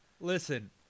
Listen